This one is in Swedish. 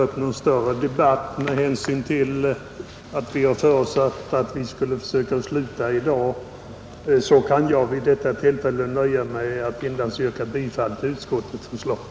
Jag finner därför — och även med hänsyn till att vi föresatt oss att försöka sluta i dag — ingen anledning att nu ta upp någon större debatt och nöjer mig därför med att endast yrka bifall till utskottets hemställan.